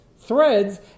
threads